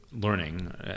learning